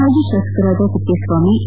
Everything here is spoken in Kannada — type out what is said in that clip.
ಮಾಜಿ ಶಾಸಕರಾದ ತಿಪ್ಪೇಸ್ವಾಮಿ ಈ